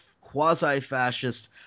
quasi-fascist